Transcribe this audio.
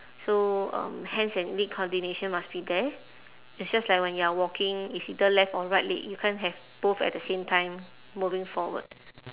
so um hands and leg coordination must be there it's just like when you are walking it's either left or right leg you can't have both at the same time moving forward